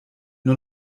nur